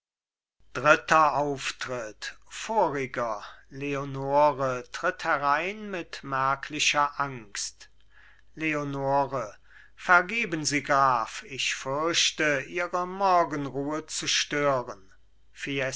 dritter auftritt voriger leonore tritt herein mit merklicher angst leonore vergeben sie graf ich fürchte ihre morgenruhe zu stören